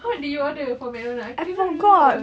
what did you order from McDonald's I can't remember